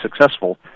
successful